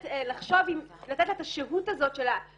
אלא לחשוב אם לתת לה את השהות הזאת של עוד